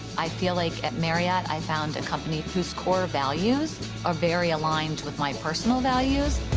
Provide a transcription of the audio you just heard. i feel like at marriott i found a company whose core values are very aligned with my personal values.